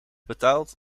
betaald